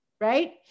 right